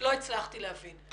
לא הצלחתי להבין.